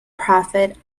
prophet